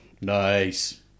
Nice